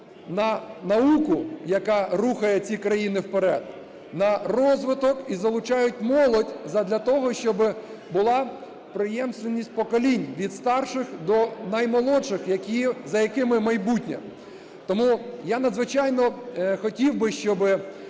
на науку, яка рухає ці країни вперед, на розвиток, і залучають молодь задля того, щоб була преємственість поколінь від старших до наймолодших, за якими майбутнє. Тому я надзвичайно хотів би, щоб